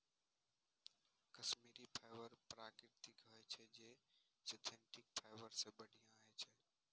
Kashmiri fibre प्राकृतिक होइ छै, जे सिंथेटिक फाइबर सं बढ़िया होइ छै